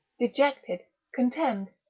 dejected, contemned,